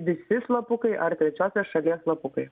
visi slapukai ar trečiosios šalies slapukai